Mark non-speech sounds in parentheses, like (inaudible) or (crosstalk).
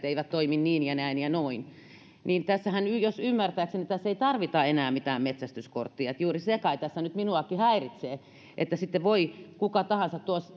(unintelligible) eivät toimi niin ja näin ja noin tässähän ymmärtääkseni ei tarvita enää mitään metsästyskorttia ja juuri se kai tässä nyt minuakin häiritsee että sitten voi kuka tahansa